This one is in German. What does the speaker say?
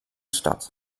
statt